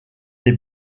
des